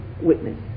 witness